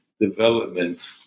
development